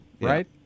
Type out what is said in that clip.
right